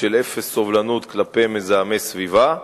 של אפס סובלנות כלפי מזהמי סביבה.